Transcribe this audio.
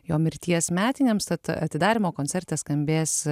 jo mirties metinėms tad atidarymo koncerte skambės